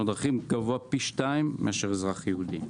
דרכים גבוה פי שתיים מאשר של אזרח יהודי.